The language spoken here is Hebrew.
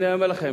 אני אומר לכם,